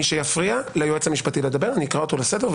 מי שיפריע ליועץ המשפטי לדבר אני אקרא אותו לסדר,